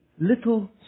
little